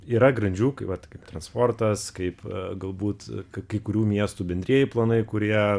yra grandžių kai vat kaip transportas kaip galbūt kai kurių miestų bendrieji planai kurie